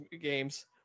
games